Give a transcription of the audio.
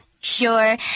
Sure